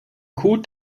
kot